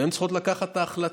והן צריכות לקבל את ההחלטה.